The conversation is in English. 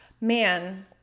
man